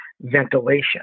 ventilation